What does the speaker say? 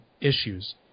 issues